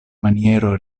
maniero